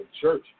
church